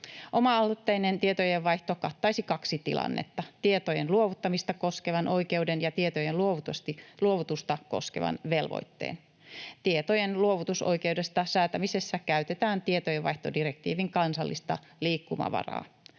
Oma-aloitteinen tietojenvaihto kattaisi kaksi tilannetta: tietojen luovuttamista koskevan oikeuden ja tietojen luovutusta koskevan velvoitteen. Tietojen luovutusoikeudesta säätämisessä käytetään tietojenvaihtodirektiivin kansallista liikkumavaraa.